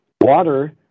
water